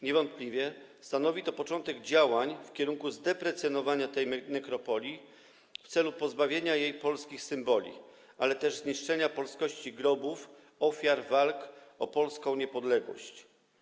Niewątpliwie stanowi to początek działań w kierunku zdeprecjonowania tej nekropolii w celu pozbawienia jej polskich symboli, ale też zniszczenia polskości grobów ofiar walk o polską niepodległość.